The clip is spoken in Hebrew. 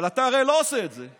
אבל הרי אתה לא עושה את זה.